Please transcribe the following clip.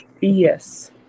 Yes